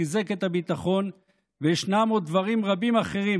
חיזק את הביטחון וישנם עוד דברים רבים אחרים,